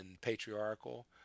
patriarchal